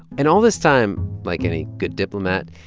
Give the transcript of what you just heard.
and all this time, like any good diplomat,